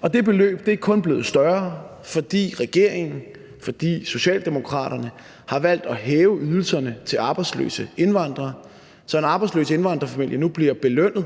Og det beløb er kun blevet større, fordi regeringen, fordi Socialdemokraterne, har valgt at hæve ydelserne til arbejdsløse indvandrere, så en arbejdsløs indvandrerfamilie nu bliver belønnet